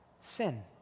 sin